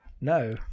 no